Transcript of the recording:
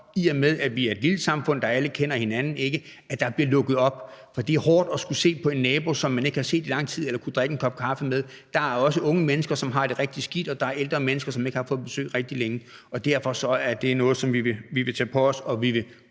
i og med at vi er et lille samfund, hvor alle kender hinanden. For det er hårdt, når man ikke har set sin nabo i lang tid eller har kunnet drikke en kop kaffe med vedkommende. Der er også unge mennesker, som har det rigtig skidt, og der er ældre mennesker, som ikke har fået besøg rigtig længe, og derfor er det noget, som vi vil tage på os, og vi vil